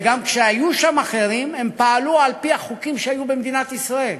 וגם כשהיו שם אחרים הם פעלו על-פי החוקים שהיו במדינת ישראל.